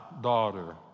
daughter